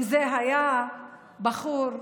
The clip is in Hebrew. אם זה היה בחור יהודי,